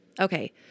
Okay